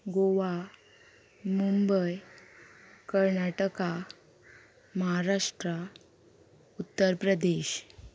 Goa Mumbai Karnataka Maharashtra Uttar Pradesh